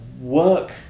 work